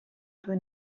due